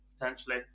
Potentially